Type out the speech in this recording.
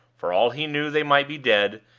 for all he knew they might be dead,